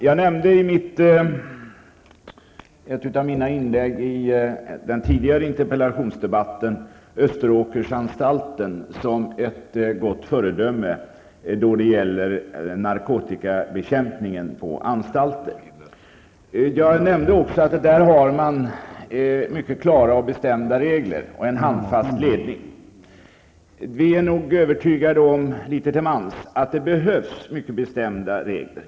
Fru talman! I ett av mina inlägg i den tidigare interpellationsdebatten nämnde jag Österåkersanstalten som ett gott föredöme när det gäller narkotikabekämpning på anstalter. Jag nämnde också att man där har mycket klara och bestämda regler och en handfast ledning. Vi är nog litet till mans övertygade om att det behövs mycket bestämda regler.